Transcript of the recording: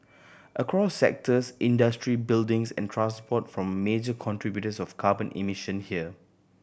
across sectors industry buildings and transport form major contributors of carbon emission here